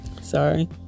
Sorry